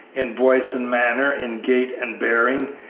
in voice and manner, in gait and bearing,